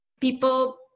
People